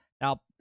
Now